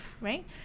Right